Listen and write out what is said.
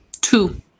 Two